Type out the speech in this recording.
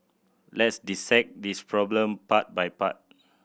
let's dissect this problem part by part